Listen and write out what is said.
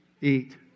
eat